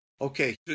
Okay